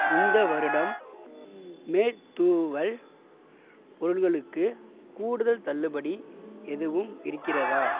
இந்த வருடம் மேற்தூவல் பொருள்களுக்குக் கூடுதல் தள்ளுபடி எதுவும் இருக்கிறதா